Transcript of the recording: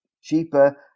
cheaper